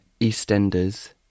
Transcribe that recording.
EastEnders